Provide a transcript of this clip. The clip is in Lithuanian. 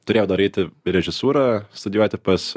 turėjau dar eiti režisūrą studijuoti pas